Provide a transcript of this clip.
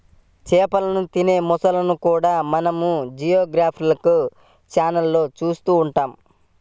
చేపలను తినే మొసళ్ళను కూడా మనం జియోగ్రాఫికల్ ఛానళ్లలో చూస్తూ ఉంటాం